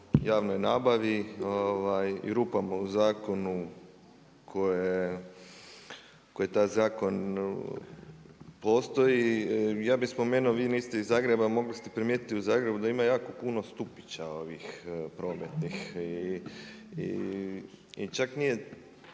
javnoj nabavi i rupama u zakonu koje taj zakon postoji. Ja bi spomenuo, vi niste iz Zagreba mogli ste primijetiti u Zagrebu da ima jako puno stupića ovih prometnih i čak nije